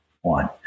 one